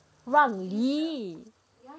让梨